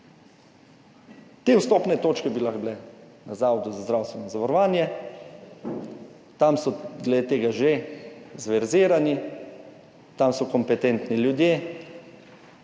Te vstopne točke bi lahko bile na Zavodu za zdravstveno zavarovanje, tam so glede tega že zverzirani, tam so kompetentni ljudje,